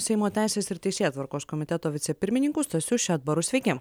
seimo teisės ir teisėtvarkos komiteto vicepirmininku stasiu šedbaru sveiki